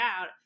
out